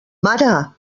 mare